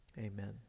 Amen